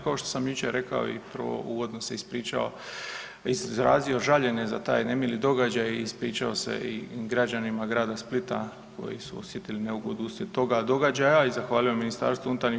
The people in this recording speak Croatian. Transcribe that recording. Kao što sam i jučer rekao i prvo uvodno se ispričao i izrazio žaljenje za taj nemili događaj i ispričao se i građanima grada Splita koji su osjetili neugodu uslijed toga događaja i zahvalio MUP-u.